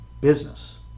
business